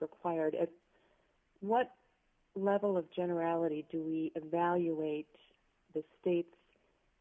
required at what level of generality do we evaluate the state's